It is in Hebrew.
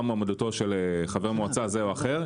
מועמדותו של חבר מועצה זה או אחר,